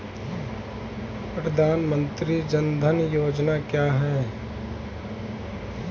प्रधानमंत्री जन धन योजना क्या है?